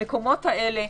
המקומות האלה,